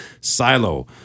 Silo